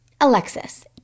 Alexis